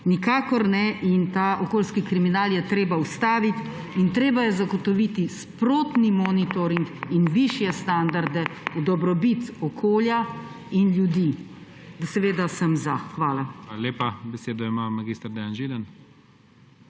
Nikakor ne. Ta okoljski kriminal je treba ustaviti in treba je zagotoviti sprotni monitoring in višje standarde v dobrobit okolja in ljudi. Seveda sem za. Hvala. PREDSEDNIK IGOR